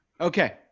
okay